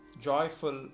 Joyful